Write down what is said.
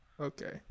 Okay